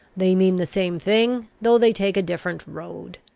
they mean the same thing, though they take a different road.